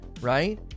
right